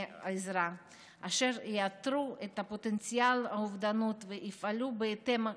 אשר יאתרו את פוטנציאל האובדנות ויפעלו בהתאם.